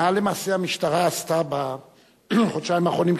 מה למעשה המשטרה עשתה בחודשיים האחרונים,